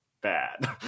bad